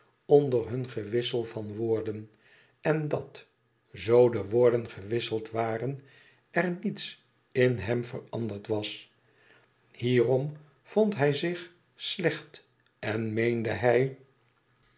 onder hun gewissel van woorden en dat zoo de woorden gewisseld waren er niets in hem veranderd was hierom vond hij zich slecht en meende hij